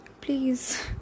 please